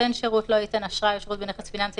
נותן שירות לא ייתן אשראי או שירות בנכס פיננסי,